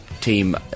team